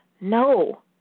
No